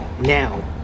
Now